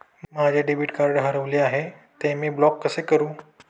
माझे debit card हरविले आहे, ते मी ब्लॉक कसे करु?